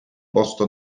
posto